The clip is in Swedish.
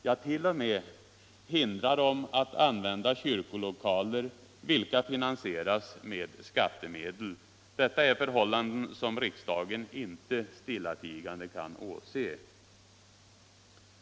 Ja, t.o.m. hindra dem att använda kyrkolokaler vilka finansieras med skattemedel. Detta är förhållanden som riksdagen inte stillatigande kan åse.